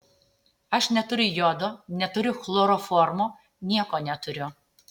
aš neturiu jodo neturiu chloroformo nieko neturiu